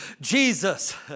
Jesus